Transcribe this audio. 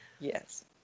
yes